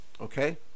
okay